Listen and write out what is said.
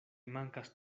mankas